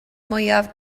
mwyaf